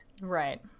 Right